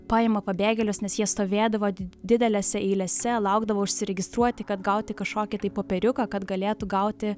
paima pabėgėlius nes jie stovėdavo didelėse eilėse laukdavo užsiregistruoti kad gauti kažkokį tai popieriuką kad galėtų gauti